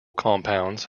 compounds